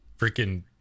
freaking